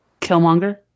Killmonger